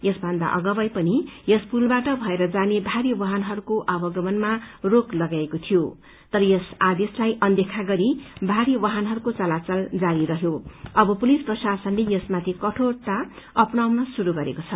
यसभन्दा अगावै पनि यस पुलबाट भएर जाने भारी वाहनहरूको आवागनमा रोक लगाइएको थियो तर यस आदेशलाई अनदेख गरी भारी वाहनहरूको चलाचल जारी थियों अब पुलिस प्रशासनले यसमाथि कठोरता अप्नाउन शुरू गरेको छ